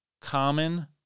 common